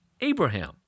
Abraham